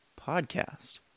podcast